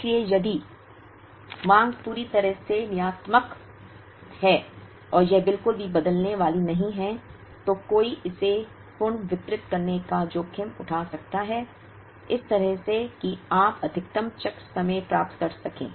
इसलिए यदि मांग पूरी तरह से नियतात्मक है और यह बिल्कुल भी बदलने वाली नहीं है तो कोई इसे पुनर्वितरित करने का जोखिम उठा सकता है इस तरह से कि आप अधिकतम चक्र समय प्राप्त कर सकें